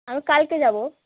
আমি কালকে যাবো